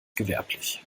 gewerblich